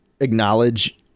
acknowledge